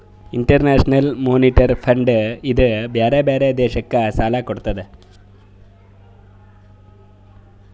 international monetary fund ಇದೂ ಬ್ಯಾರೆ ಬ್ಯಾರೆ ದೇಶಕ್ ಸಾಲಾ ಕೊಡ್ತುದ್